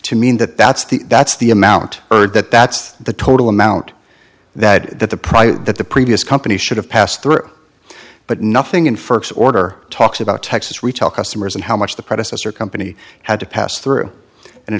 to mean that that's the that's the amount owed that that's the total amount that the price that the previous company should have passed through but nothing in first order talks about texas retail customers and how much the predecessor company had to pass through and in